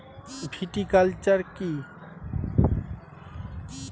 Viticulture কী?